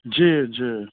जी जी